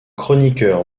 chroniqueur